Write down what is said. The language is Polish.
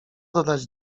dodać